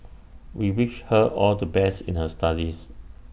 we wish her all the best in her studies